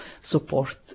support